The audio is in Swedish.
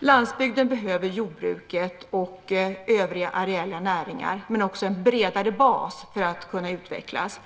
Landsbygden behöver jordbruket och övriga areella näringar men också en bredare bas för att kunna utvecklas.